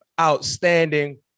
Outstanding